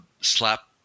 Slap